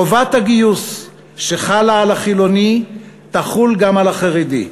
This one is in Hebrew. חובת הגיוס שחלה על החילוני תחול גם על החרדי,